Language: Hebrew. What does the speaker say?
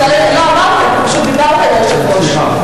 אמרתי, פשוט דיברת עם היושב-ראש.